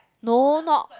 no not